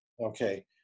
okay